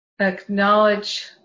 acknowledge